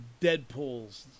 Deadpools